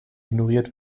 ignoriert